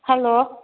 hello